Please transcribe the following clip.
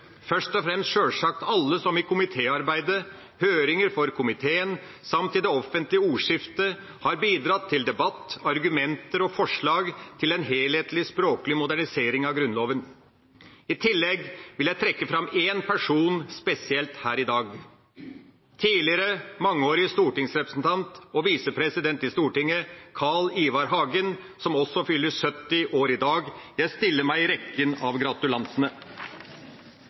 først og fremst sjølsagt alle som i komitéarbeidet, høringer for komiteen, samt i det offentlige ordskiftet, har bidratt til debatt, argumenter og forslag til en helhetlig språklig modernisering av Grunnloven I tillegg vil jeg trekke fram én person spesielt her i dag: tidligere mangeårige stortingsrepresentant og visepresident i Stortinget, Carl Ivar Hagen, som også fyller 70 år i dag. Jeg stiller meg i rekken av gratulantene.